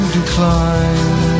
decline